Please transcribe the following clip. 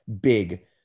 big